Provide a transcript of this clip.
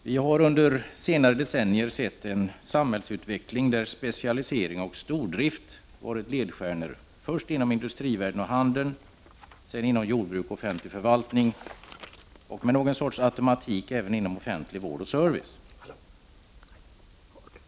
Herr talman! Vi har under senare decennier sett en samhällsutveckling där specialisering och stordrift varit ledstjärnor, först inom industrivärlden och handeln, sedan inom jordbruk och offentlig förvaltning, och med någon sorts automatik även inom offentlig vård och service.